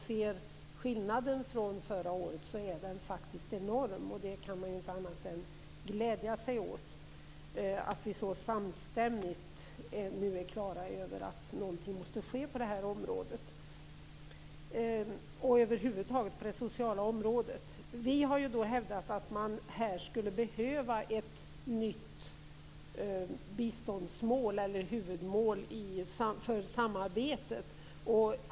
Skillnaden från förra året är faktiskt enorm, och man kan inte annat än glädja sig åt att vi så samstämmigt nu är klara över att någonting måste ske på det här området och över huvud taget på det sociala området. Vi har hävdat att man här skulle behöva ett nytt huvudmål för samarbetet.